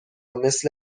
مثل